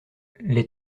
les